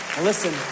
Listen